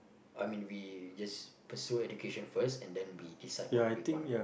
I mean we just pursue education first and then we decide what we want